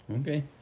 Okay